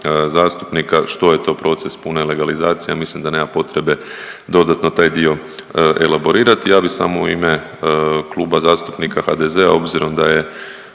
zastupnika što je to proces pune legalizacije. Ja mislim da nema potrebe dodatno taj dio elaborirati. Ja bi samo u ime Kluba zastupnika HDZ-a obzirom da je